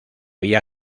vía